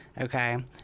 Okay